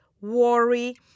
worry